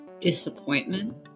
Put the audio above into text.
disappointment